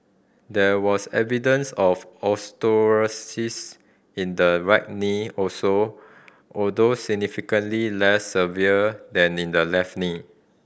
there was evidence of osteoarthritis in the right knee also although significantly less severe than in the left knee